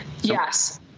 Yes